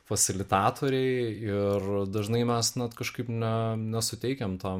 fasilitatoriai ir dažnai mes na kažkaip na nesuteikiam tam